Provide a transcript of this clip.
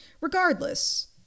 Regardless